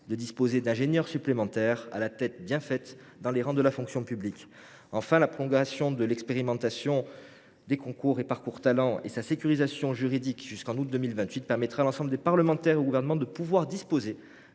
besoin d’ingénieurs supplémentaires, à la tête bien faite, dans les rangs de la fonction publique. Enfin, la prolongation de l’expérimentation des parcours et des concours Talents, ainsi que leur sécurisation juridique jusqu’en août 2028, permettra à l’ensemble des parlementaires et au Gouvernement de disposer